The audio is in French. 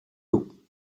haut